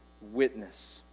witness